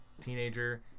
teenager